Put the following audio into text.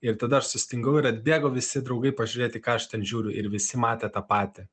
ir tada aš sustingau ir atbėgo visi draugai pažiūrėti į ką ten žiūriu ir visi matė tą patį